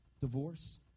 divorce